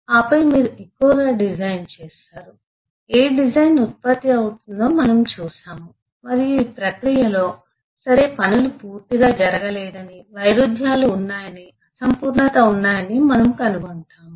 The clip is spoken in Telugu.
ఆపై మీరు ఎక్కువ డిజైన్ చేస్తారు ఏ డిజైన్ ఉత్పత్తి అవుతుందో మనము చూస్తాము మరియు ఈ ప్రక్రియలో సరే పనులు పూర్తిగా జరగలేదని వైరుధ్యాలు ఉన్నాయని అసంపూర్ణత ఉన్నాయని మనము కనుగొంటాము